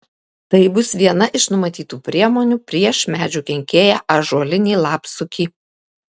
tai bus viena iš numatytų priemonių prieš medžių kenkėją ąžuolinį lapsukį